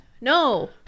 no